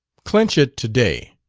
clinch it to-day.